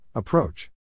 Approach